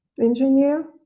engineer